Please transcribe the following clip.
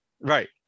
Right